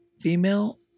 female